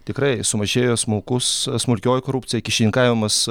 tikrai sumažėjo smulkus smulkioji korupcija kyšininkavimas